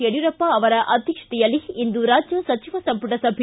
ಯಡಿಯೂರಪ್ಪ ಅವರ ಅಧ್ಯಕ್ಷತೆಯಲ್ಲಿ ಇಂದು ರಾಜ್ಯ ಸಚಿವ ಸಂಪುಟ ಸಭೆ